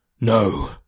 No